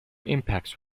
impacts